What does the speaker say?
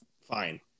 fine